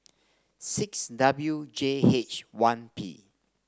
six W J H one P